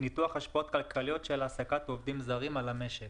ניתוח השפעות כלכליות של העסקת עובדים זרים על המשק.